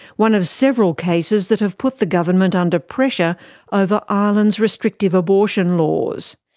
one of several cases that have put the government under pressure over ireland's restrictive abortion laws.